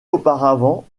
auparavant